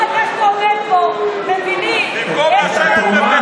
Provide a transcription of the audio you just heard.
בכל דקה שאתה עומד פה מבינים איזה בן אדם, אתה.